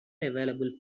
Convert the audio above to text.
available